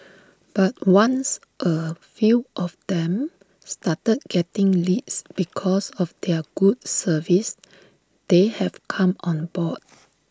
but once A few of them started getting leads because of their good service they have come on board